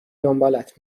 دنبالت